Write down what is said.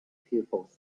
pupils